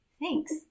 Thanks